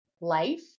life